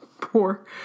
Poor